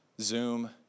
Zoom